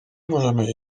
możemy